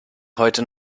heute